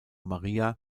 maria